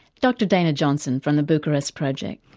dr dana johnson from the bucharest project.